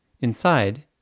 inside